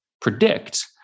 predict